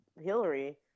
hillary